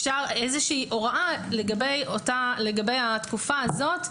אפשר איזושהי הוראה לגבי התקופה הזאת,